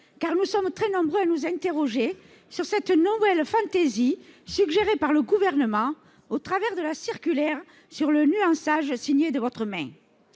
car nous sommes très nombreux à nous interroger sur cette nouvelle fantaisie suggérée par le Gouvernement au travers de la circulaire sur le « nuançage », signée de votre main.